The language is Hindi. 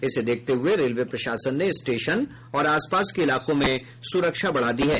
इसको देखते हुये रेलवे प्रशासन ने स्टेशन और आस पास के इलाकों में सुरक्षा बढ़ा दी है